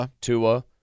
Tua